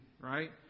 right